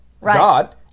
God